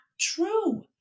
true